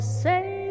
say